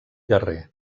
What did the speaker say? guerrer